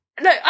No